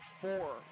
four